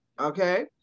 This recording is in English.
okay